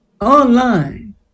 Online